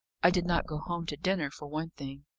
i did not go home to dinner, for one thing.